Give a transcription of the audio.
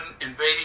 invading